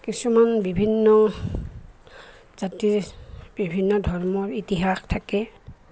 কিছুমান বিভিন্ন জাতিৰ বিভিন্ন ধৰ্মৰ ইতিহাস থাকে